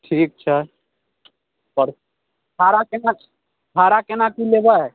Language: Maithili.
ठीक छै पर भाड़ा केना भाड़ा केना की लेबै